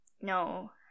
no